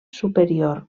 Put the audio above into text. superior